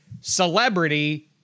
celebrity-